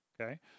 okay